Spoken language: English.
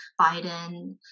Biden